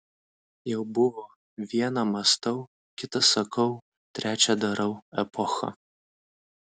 jau buvo viena mąstau kita sakau trečia darau epocha